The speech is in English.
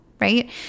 right